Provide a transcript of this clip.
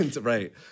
right